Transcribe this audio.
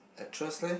actress leh